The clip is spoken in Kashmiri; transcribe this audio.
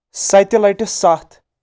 ستہِ لٹِہ ستھ